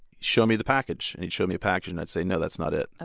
show me the package. and he'd show me the package and i'd say no, that's not it. ah